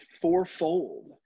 fourfold